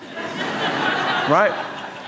right